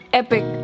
epic